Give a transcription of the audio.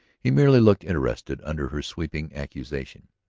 he merely looked interested under her sweeping accusation.